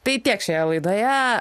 tai tiek šioje laidoje